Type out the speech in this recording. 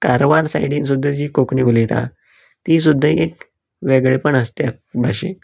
कारवार सायडीन सुद्दां जी कोंकणी उलयतात ती सुद्दां एक वेगळेपण आसा त्या भाशेक